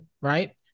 Right